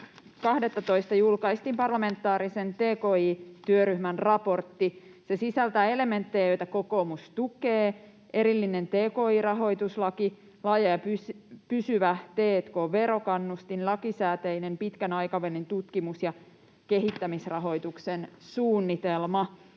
13.12. julkaistiin parlamentaarisen tki-työryhmän raportti. Se sisältää elementtejä, joita kokoomus tukee: erillinen tki-rahoituslaki, laaja ja pysyvä t&k-verokannustin, lakisääteinen pitkän aikavälin tutkimus- ja kehittämisrahoituksen suunnitelma.